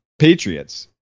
Patriots